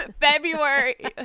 February